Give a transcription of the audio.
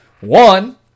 One